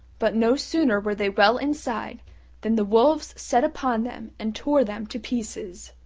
but no sooner were they well inside than the wolves set upon them and tore them to pieces.